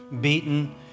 beaten